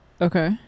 Okay